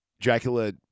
Dracula